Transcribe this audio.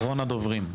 אחרון הדוברים.